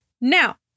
Now